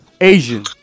Asian